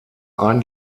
ein